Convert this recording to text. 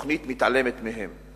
שהתוכנית מתעלמת מהם.